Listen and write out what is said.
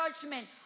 judgment